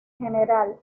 general